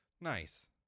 nice